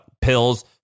pills